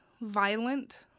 violent